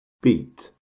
beat